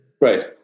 right